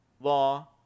law